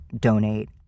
donate